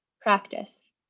Practice